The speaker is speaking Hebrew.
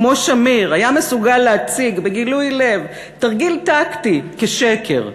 כמו שמיר היה מסוגל להציג בגילוי לב תרגיל טקטי כשקר,